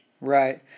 right